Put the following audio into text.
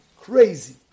Crazy